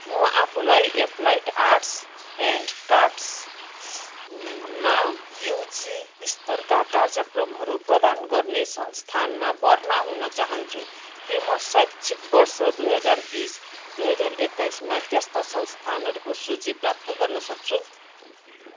म आफूलाई applied arts and क्राफ्ट्समा युजी स्तरका कार्यक्रमहरू प्रदान गर्ने संस्थानमा भर्ना हुन चाहन्छु के म शैक्षिक वर्ष दुई हजार बिस दुई हजार एक्काइसमा त्यस्ता संस्थानहरूको सूची प्राप्त गर्न सक्छु